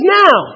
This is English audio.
now